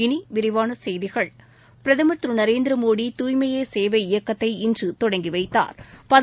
இனி விரிவான செய்திகள் பிரதமா் திரு நரேந்திரமோடி தூய்மையே சேவை இயக்கத்தை இன்று தொடங்கி வைத்தாா்